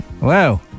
wow